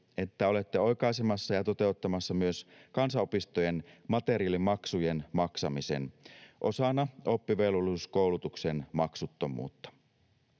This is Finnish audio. että olette oikaisemassa ja toteuttamassa myös kansanopistojen materiaalimaksujen maksamisen osana oppivelvollisuuskoulutuksen maksuttomuutta.